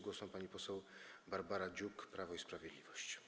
Głos ma pani poseł Barbara Dziuk, Prawo i Sprawiedliwość.